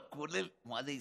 לא כולל מועדי ישראל.